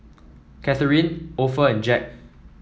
Katharyn Opha and Jack